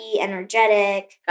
energetic